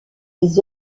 les